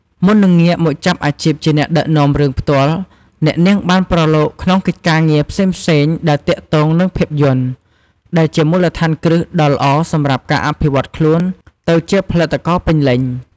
មុននឹងងាកមកចាប់អាជីពជាអ្នកដឹកនាំរឿងផ្ទាល់ អ្នកនាងបានប្រឡូកក្នុងកិច្ចការងារផ្សេងៗដែលទាក់ទងនឹងភាពយន្ត ដែលជាមូលដ្ឋានគ្រឹះដ៏ល្អសម្រាប់ការអភិវឌ្ឍន៍ខ្លួនទៅជាផលិតករពេញលេញ។